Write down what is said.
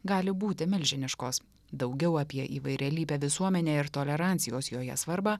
gali būti milžiniškos daugiau apie įvairialypę visuomenę ir tolerancijos joje svarbą